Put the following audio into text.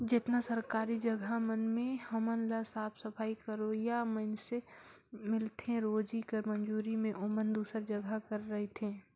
जेतना सरकारी जगहा मन में हमन ल साफ सफई करोइया मइनसे मिलथें रोजी कर मंजूरी में ओमन दूसर जगहा कर ही रहथें